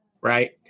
Right